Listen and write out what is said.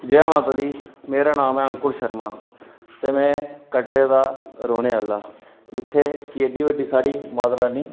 जै माता दी मेरा नाम ऐ अंकुर शर्मा ते में कटड़े दा रौह्ने आह्ला जित्थै कि एड्डी बड्डी साढ़ी माता रानी